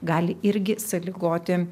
gali irgi sąlygoti